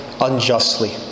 unjustly